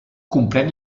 comprèn